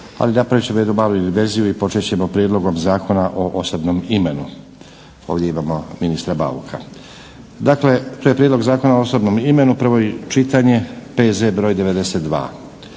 Ali napravit ćemo jednu malu inverziju i počet ćemo - Prijedlog zakona o osobnom imenu, prvo čitanje, P.Z. br. 92. Ovdje imamo ministra Bauka. Dakle, Prijedlog zakona o osobnom imenu, prvo čitanje, P.Z. br. 92.